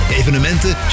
evenementen